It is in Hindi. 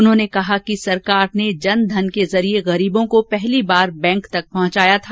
उन्होंने कहा कि सरकार ने जनधन के जरिए गरीबों को पहली बार बैंक तक पहुंचाया था